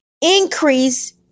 increase